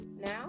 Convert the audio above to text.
now